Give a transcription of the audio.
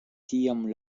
tiam